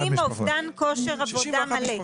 שמקבלים אובדן כושר עבודה מלא.